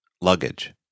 luggage